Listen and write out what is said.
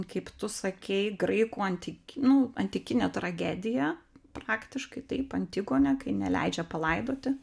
kaip tu sakei graikų antiki nu antikinė tragedija praktiškai taip antigonė kai neleidžia palaidoti